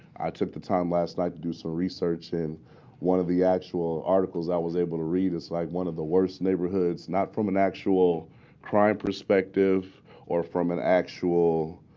i took the time last night to do some research in one of the actual articles i was able to read. it's like one of the worst neighborhoods, not from an actual crime perspective or from an actual